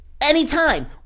anytime